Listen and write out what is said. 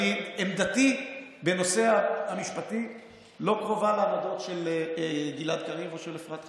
עמדתי בנושא המשפטי לא קרובה לעמדות של גלעד קריב או של אפרת רייטן,